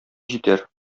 җитәр